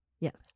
Yes